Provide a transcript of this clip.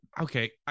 Okay